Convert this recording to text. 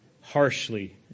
harshly